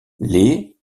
les